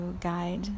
guide